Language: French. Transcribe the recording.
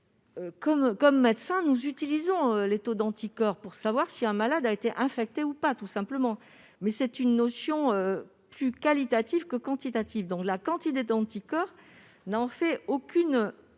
Comme médecins, nous utilisons les taux d'anticorps pour savoir si un malade a été infecté ou non, tout simplement. Mais il s'agit d'une notion plus qualitative que quantitative : la quantité d'anticorps n'a en réalité aucune importance